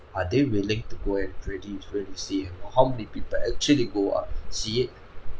are they willing to go and ready to really see how many people actually go out see it